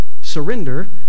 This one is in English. surrender